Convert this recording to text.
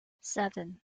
seven